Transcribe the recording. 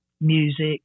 music